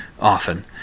often